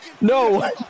No